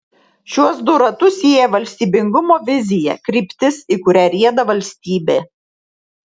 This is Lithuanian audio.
šiuos du ratus sieja valstybingumo vizija kryptis į kurią rieda valstybė